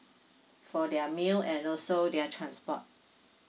for their meal and also their transport